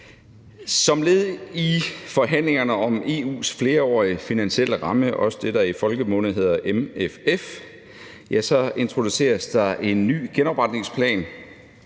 Som led i forhandlingerne om EU's flerårige finansielle ramme – også det, der i folkemunde hedder MFF – introduceres der en ny genopretningsplan,